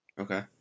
Okay